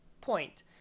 point